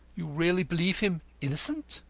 you really believe him innocent?